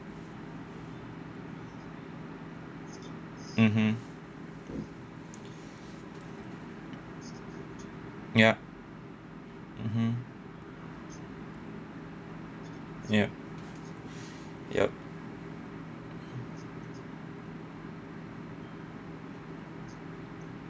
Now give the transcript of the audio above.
mmhmm yup mmhmm ya yup